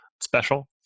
special